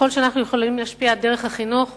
ככל שאנחנו יכולים להשפיע על דרך החינוך